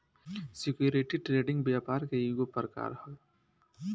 security trading व्यापार के ईगो प्रकार ह